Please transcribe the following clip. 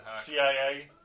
CIA